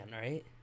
right